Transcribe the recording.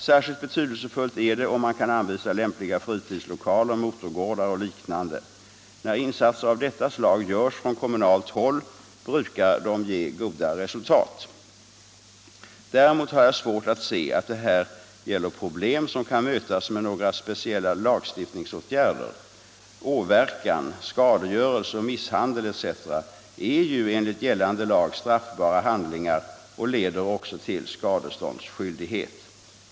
Särskilt betydelsefullt är det om man kan anvisa lämpliga fritidslokaler, motorgårdar och liknande. När insatser av detta slag görs från kommunalt håll, brukar de ge goda resultat. Däremot har jag svårt att se att det här gäller problem som kan mötas med några speciella lagstiftningsåtgärder. Åverkan, skadegörelse och misshandel etc. är ju enligt gällande lag straffbara handlingar och leder också till skadeståndsskyldighet.